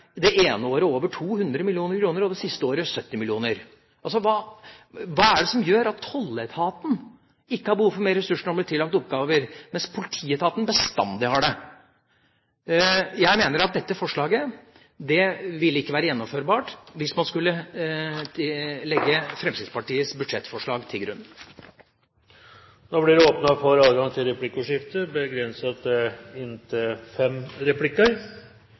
over 200 mill. kr og det siste året med 70 mill. kr. Hva er det som gjør at tolletaten ikke har behov for mer ressurser når de blir tillagt oppgaver, mens politietaten bestandig har det? Jeg mener at dette forslaget ikke ville være gjennomførbart, hvis man skulle legge Fremskrittspartiets budsjettforslag til grunn. Det blir replikkordskifte. Vi ser at det